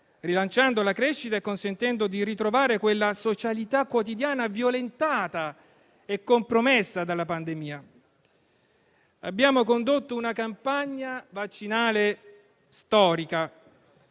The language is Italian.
rilanciando la crescita e consentendo di ritrovare la socialità quotidiana, violentata e compromessa dalla pandemia. Abbiamo condotto una campagna vaccinale storica,